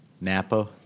Napa